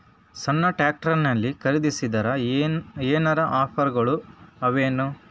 ಸಣ್ಣ ಟ್ರ್ಯಾಕ್ಟರ್ನಲ್ಲಿನ ಖರದಿಸಿದರ ಏನರ ಆಫರ್ ಗಳು ಅವಾಯೇನು?